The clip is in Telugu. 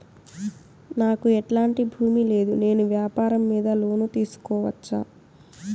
నాకు ఎట్లాంటి భూమి లేదు నేను వ్యాపారం మీద లోను తీసుకోవచ్చా?